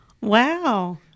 Wow